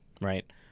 right